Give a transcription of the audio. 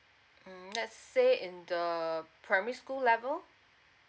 mm let's say in the primary school level